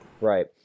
Right